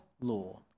law